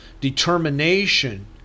determination